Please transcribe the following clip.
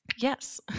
Yes